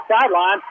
sideline